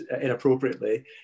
inappropriately